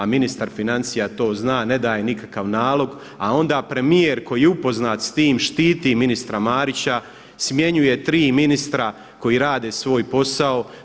A ministar financija to zna, ne daje nikakav nalog, a onda premijer koji je upoznat s tim štiti ministra Marića, smjenjuje tri ministra koji rade svoj posao.